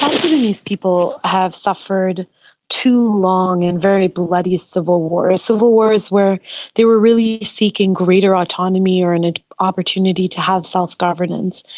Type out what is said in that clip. south sudanese people have suffered too long in very bloody civil wars, civil wars where they were really seeking greater autonomy or and an opportunity to have self-governance.